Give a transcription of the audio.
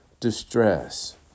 distress